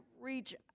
reach